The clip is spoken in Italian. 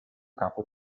capo